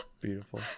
Beautiful